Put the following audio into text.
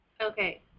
Okay